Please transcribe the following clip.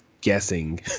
guessing